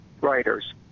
writers